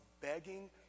begging